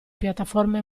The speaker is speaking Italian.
piattaforme